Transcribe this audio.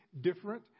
different